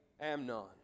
Amnon